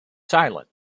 silent